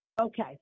Okay